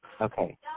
Okay